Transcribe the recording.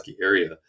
area